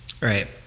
Right